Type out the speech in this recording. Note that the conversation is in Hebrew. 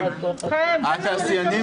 גם אתמול דיבר אתי יו"ר התאחדות התעשיינים,